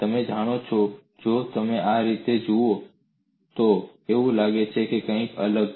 તમે જાણો છો જો તમે આ રીતે જુઓ છો તો એવું લાગે છે કે તે કંઈક અલગ છે